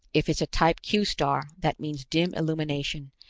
if it's a type q star, that means dim illumination,